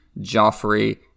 Joffrey